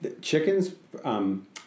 chickens